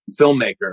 filmmaker